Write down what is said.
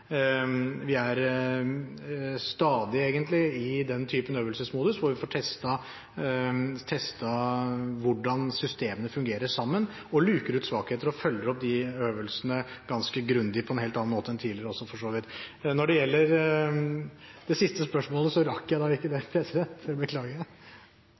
Vi er stadig, egentlig, i den typen øvelsesmodus hvor en får testet hvordan systemene fungerer sammen, og luker ut svakheter og følger opp de øvelsene ganske grundig – på en helt annen måte enn tidligere. Når det gjelder det siste spørsmålet, så rakk jeg ikke